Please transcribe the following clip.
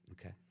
Okay